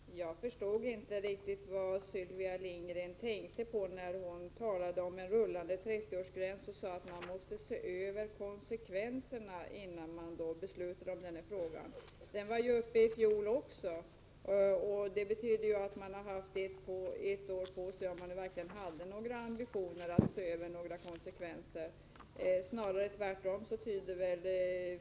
Herr talman! Jag förstod inte riktigt vad Sylvia Lindgren tänkte på när hon talade om en rullande 30-årsgräns och sade att man måste se över konsekvenserna innan man beslutar. Frågan var ju uppe i fjol också, och det betyder att man har haft ett år på sig, om man nu verkligen hade ambitioner att se över konsekvenserna.